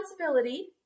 responsibility